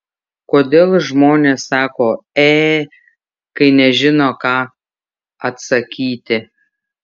kodėl žmonės sako e kai nežino ką atsakyti